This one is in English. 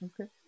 okay